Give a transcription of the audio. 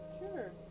Sure